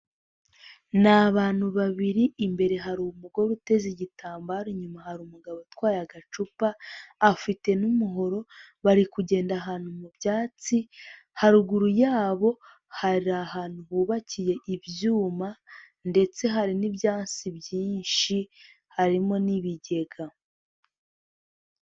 Ni abantu babiri, imbere hari umugore uteze igitambaro, inyuma hari umugabo utwaye agacupa, afite n'umuhoro, bari kugenda ahantu mu byatsi, haruguru yabo hari ahantu hubakiye ibyuma ndetse hari n'ibyasi byinshi, harimo n'ibigega.